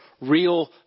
real